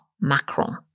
Macron